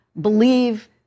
believe